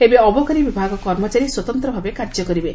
ଏବେ ଅବକାରୀ ବିଭାଗ କର୍ମଚାରୀ ସ୍ୱତନ୍ତ୍ ଭାବେ କାର୍ଯ୍ୟ କରିବେ